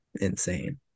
insane